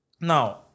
now